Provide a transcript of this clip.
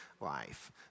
life